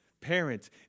Parents